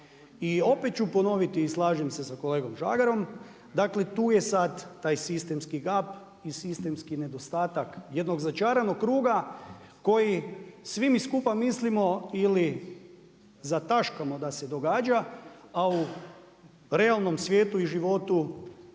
I opet ću ponoviti i slažem se sa kolegom Žagarom, dakle, tu je sad taj sistemski gab i sistemski nedostatak jednog začaranog kruga, koji svi mi skupa mislimo ili zataškamo da se događa a u realnom svijetu i životu,